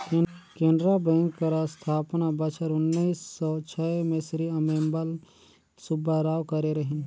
Canara bank कर अस्थापना बछर उन्नीस सव छय में श्री अम्मेम्बल सुब्बाराव करे रहिन